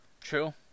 True